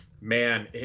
man